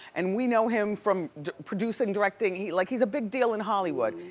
and we know him from producing, directing, like he's a big deal in hollywood.